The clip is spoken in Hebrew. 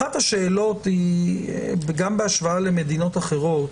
אחת השאלות, גם בהשוואה למדינות אחרות,